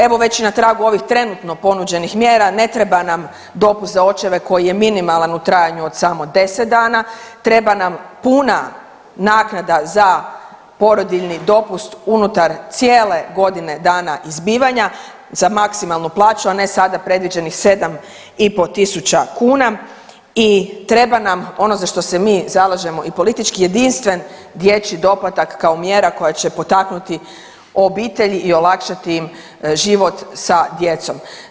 Evo, već i na tragu ovih trenutno ponuđenih mjera, ne treba nam dopust za očeve koji je minimalan u trajanju od samo 10 dana, treba nam puna naknada za porodiljni dopust unutar cijele godine dana izbivanja za maksimalnu plaću, a ne sada predviđenih 7,5 tisuća kuna i treba nam, ono za što se mi zalažemo i politički, jedinstven dječji doplatak kao mjera koja će potaknuti obitelji i olakšati im život sa djecom.